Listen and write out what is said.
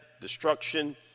destruction